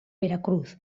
veracruz